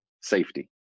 Safety